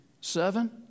seven